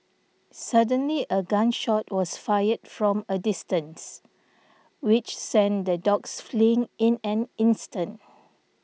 suddenly a gun shot was fired from a distance which sent the dogs fleeing in an instant